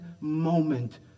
moment